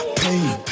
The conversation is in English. pain